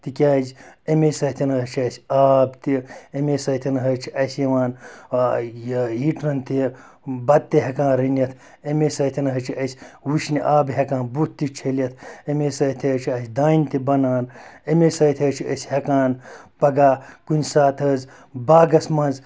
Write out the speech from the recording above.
تِکیٛازِ اَمے سۭتۍ حظ چھِ اَسہِ آب تہِ اَمے سۭتۍ حظ چھِ اَسہِ یِوان یہِ ہیٖٹرَن تہِ بَتہٕ تہِ ہٮ۪کان رٔنِتھ اَمے سۭتٮ۪ن حظ چھِ أسۍ وُشنہِ آبہٕ ہٮ۪کان بُتھ تہِ چھٔلِتھ اَمے سۭتۍ حظ چھِ اَسہِ دانہِ تہِ بَنان اَمے سۭتۍ حظ چھِ أسۍ ہٮ۪کان پَگہہ کُنہِ ساتہٕ حظ باغَس منٛز